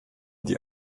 die